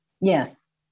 Yes